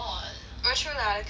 oh true lah the cucumber